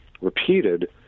repeated